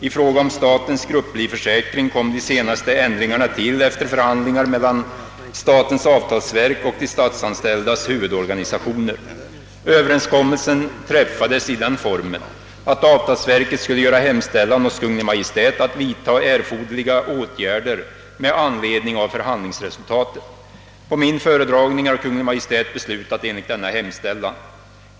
I fråga om statens grupplivförsäkring kom de senaste ändringarna till efter förhandlingar mellan statens avtalsverk och de statsanställdas huvudorganisationer. Överenskommelsen träffades i den formen, att avtalsverket skulle göra hemställan hos Kungl. Maj:t att vidta erforderliga åtgärder med anledning av förhandlingsresultatet. På min föredragning har Kungl. Maj:t beslutat enligt denna hemställan.